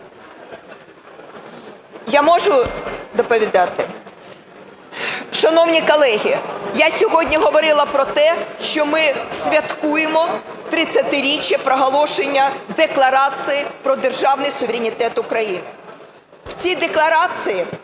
Я можу доповідати? Шановні колеги, я сьогодні говорила про те, що ми святкуємо 30-річчя проголошення Декларації про державний суверенітет України.